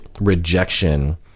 rejection